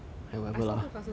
I saw two classes doing